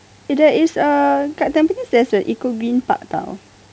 eh there is a dekat tampines there's a eco green park town